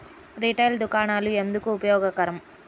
Retail దుకాణాలు ఎందుకు ఉపయోగకరం?